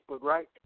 right